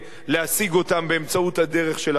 להשיג אותם באמצעות הדרך שלכם,